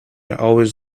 always